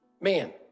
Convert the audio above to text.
Man